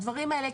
הדברים האלה,